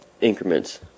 increments